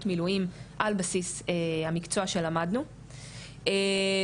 מילואים על בסיס המקצוע שלמדנו ובאמת